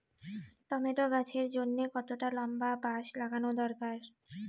Tomato গাছের জন্যে কতটা লম্বা বাস লাগানো দরকার?